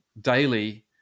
daily